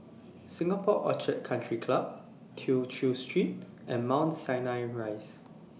Singapore Orchid Country Club Tew Chew Street and Mount Sinai Rise